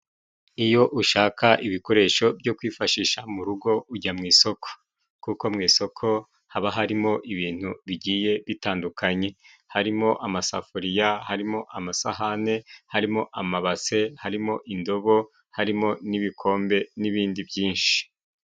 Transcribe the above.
Iyo ushaka ibikoresho byo kwifashisha mu rugo ujya mu isoko. kuko mu isoko haba harimo ibintu bigiye bitandukanye harimo: amasafuriya , harimo amasahani, harimo amabase, harimo indobo, harimo n'ibikombe n'ibindi byinshi.